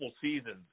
seasons